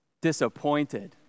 disappointed